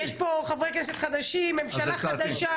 יש פה חברי כנסת חדשים, ממשלה חדשה.